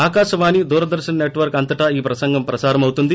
Akashvani Doordarshan network అంతటా ఈ ప్రసంగం ప్రసారమవుతుంది